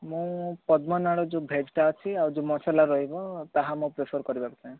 ମୁଁ ପଦ୍ମନାଡ଼ ଯୋଉ ଭେଜଟା ଅଛି ଆଉ ଯୋଉ ମସଲା ରହିବ ତାହା ମୁଁ ପ୍ରିଫର୍ କରିବାକୁ ଚାହେଁ